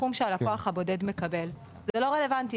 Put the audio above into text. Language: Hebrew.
הסכום שהלקוח הבודד מקבל; זה לא רלוונטי.